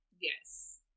yes